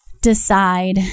decide